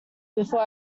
before